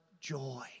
joy